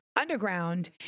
Underground